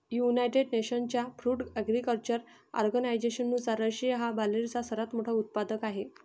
United नेशन्सच्या food agriculture ऑर्गनायझेशननुसार, Russia हा बार्लीचा सर्वात मोठा उत्पादक आहे